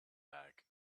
back